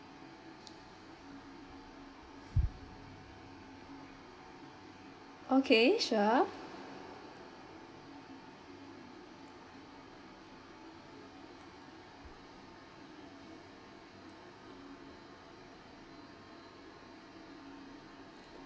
okay sure